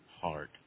heart